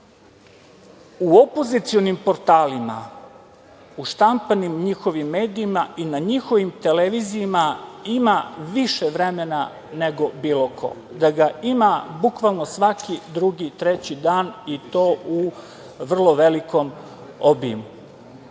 u opozicionim portalima, u štampanim njihovim medijima i na njihovim televizijama ima više vremena nego bilo ko, da ga ima bukvalno svaki drugi, treći dan, i to u vrlo velikom obimu. To